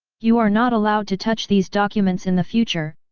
you are not allowed to touch these documents in the future,